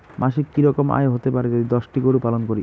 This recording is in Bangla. মাসিক কি রকম আয় হতে পারে যদি দশটি গরু পালন করি?